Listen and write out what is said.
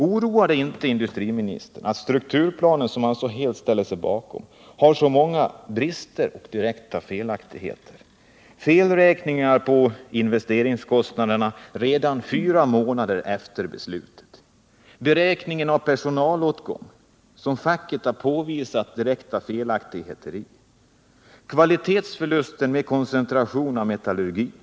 Oroar det inte industriministern att strukturplanen, som han helt ställer sig bakom, har så många brister och direkta felaktigheter? Det är felräkningar beträffande investeringskostnaderna redan fyra månader efter beslutet, i fråga om beräkningen av personalåtgång där facket har påvisat direkta felaktigheter, och vidare när det gäller kvalitetsförluster till följd av koncentrationen av metallurgin.